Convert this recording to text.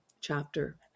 chapter